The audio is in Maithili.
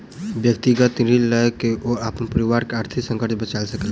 व्यक्तिगत ऋण लय के ओ अपन परिवार के आर्थिक संकट से बचा सकला